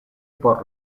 por